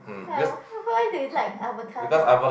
!huh! why why they like avocado